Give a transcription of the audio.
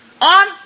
on